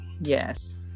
Yes